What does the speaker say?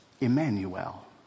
Emmanuel